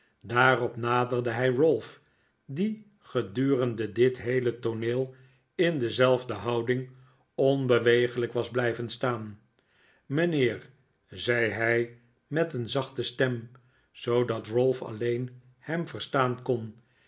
daarop naderde hij ralph die gedurende dit heele tooneel in dezelfde houding onbeweeglijk was blijven staan mijnheer zei hij met een zachte stem zoodat ralph alleen hem verstaan kon